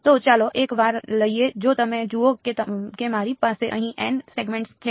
તો ચાલો એક વાર લઈએ જો તમે જુઓ કે મારી પાસે અહીં n સેગમેન્ટ્સ છે